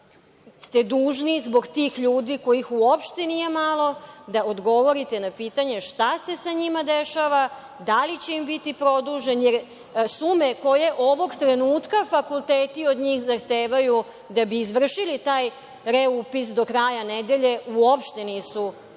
ste dužni, zbog tih ljudi kojih uopšte nije malo, da odgovorite na pitanje – šta se sa njima dešava, da li će im biti produženo, jer sume koje ovog trenutka fakulteti od njih zahtevaju da bi izvršili taj reupis do kraja nedelje uopšte nisu